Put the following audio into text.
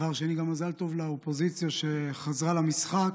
דבר שני, גם מזל טוב לאופוזיציה שחזרה למשחק.